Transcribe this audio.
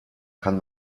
kann